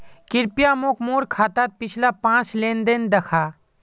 कृप्या मोक मोर खातात पिछला पाँच लेन देन दखा